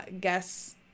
guess